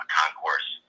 concourse